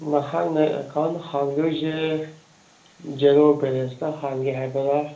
ꯅꯍꯥꯛꯅ ꯑꯦꯛꯀꯥꯎꯟ ꯍꯥꯡꯗꯣꯏꯁꯦ ꯖꯦꯔꯣ ꯕꯦꯂꯦꯟꯁꯇ ꯍꯥꯡꯒꯦ ꯍꯥꯏꯕꯔꯥ